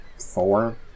four